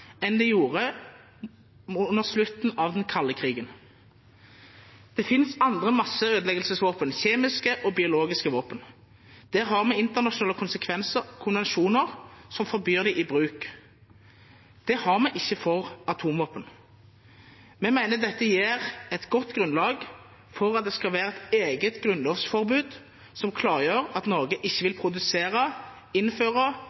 enn de gjorde under slutten av den kalde krigen. Det finnes andre masseødeleggelsesvåpen – kjemiske og biologiske våpen. Der har vi internasjonale konvensjoner som forbyr dem i bruk. Det har vi ikke for atomvåpen. Vi mener dette gir et godt grunnlag for at det skal være et eget grunnlovsforbud som klargjør at Norge ikke vil produsere, innføre,